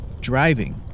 driving